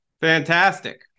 fantastic